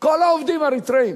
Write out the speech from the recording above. כל העובדים אריתריאים.